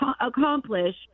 accomplish